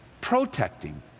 Protecting